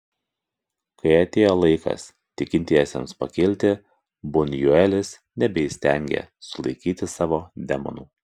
kai atėjo laikas tikintiesiems pakilti bunjuelis nebeįstengė sulaikyti savo demonų